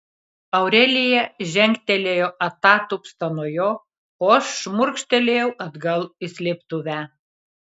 aurelija žengtelėjo atatupsta nuo jo o aš šmurkštelėjau atgal į slėptuvę